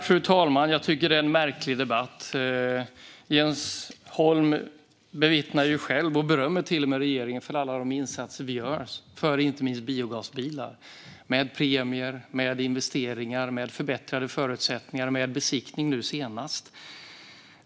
Fru talman! Jag tycker att det här är en märklig debatt. Jens Holm bevittnar själv och till och med berömmer regeringens alla insatser för inte minst biogasbilar. Det är premier, investeringar, förbättrade förutsättningar och nu senast besiktning.